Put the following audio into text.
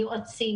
יועצים,